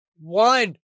One